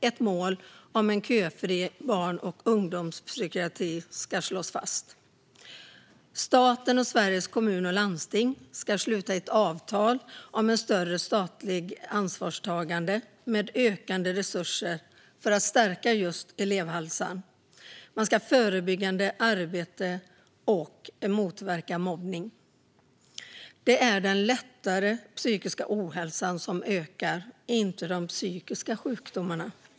Ett mål om en köfri barn och ungdomspsykiatri ska också slås fast. Staten och Sveriges Kommuner och Regioner ska sluta ett avtal om ett större statligt ansvarstagande med ökande resurser för att stärka elevhälsan, för förebyggande arbete och för att motverka mobbning. Det är den lättare psykiska ohälsan som ökar, inte de psykiska sjukdomarna.